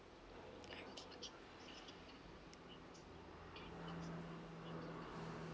okay